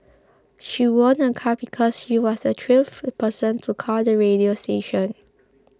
she won a car because she was the twelfth person to call the radio station